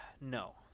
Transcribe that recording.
no